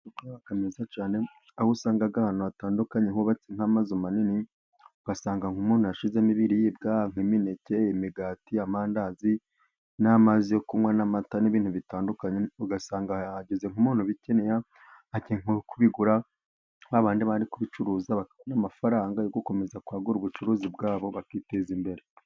Amazu meza aho usangaga ahantu hatandukanye hubatse n mazu manini ugasanga nk'umuntu yashyizemo nk'imineke, imigati, amandazi, n'amazi yo kunywa, n'amata, n'ibintu bitandukanye. Ugasanga yahageze nk'umuntu ubikeneye kubigura babandi bari kubicuruza n'amafaranga yo gukomeza kwagura ubucuruzi bwabo bakiteza imbere.